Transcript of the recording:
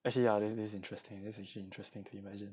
actually ya this this is interesting especially interesting to imagine